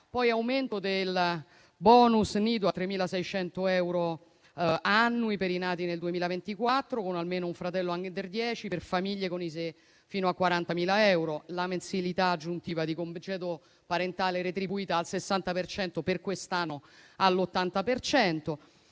l'aumento del *bonus* nido a 3.600 euro annui per i nati nel 2024 con almeno un fratello *under* dieci per famiglie con ISEE fino a 40.000 euro. La mensilità aggiuntiva di congedo parentale retribuita al 60 per cento per quest'anno è all'80